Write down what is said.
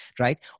right